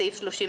בסעיף 35